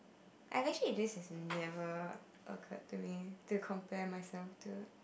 I actually this has never occurred to me to compare myself to